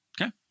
okay